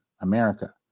America